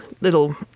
little